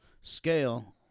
Scale